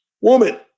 woman